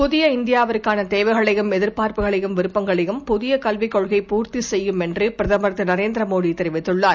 புதிய இந்தியாவுக்கானதேவைகளையும் எதிர்பார்ப்புகளையும் விருப்பங்களையும் புதியகல்விக் கொள்கை பூர்த்திசெய்யும் என்றுபிரதமர் திருநரேந்திரமோடிதெரிவித்துள்ளார்